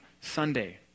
Sunday